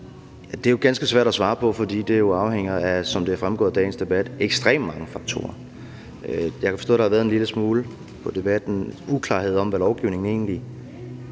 Det er ganske svært at svare på, fordi det jo – som det er fremgået af dagens debat – afhænger af ekstremt mange faktorer. Jeg kan forstå, at der har været en lille smule uklarhed om, hvad lovgivningen egentlig